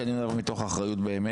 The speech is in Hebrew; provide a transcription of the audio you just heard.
שאני אומר מתוך אחריות באמת,